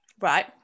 Right